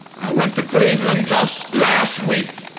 i went to cleveland just last week